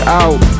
out